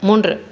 மூன்று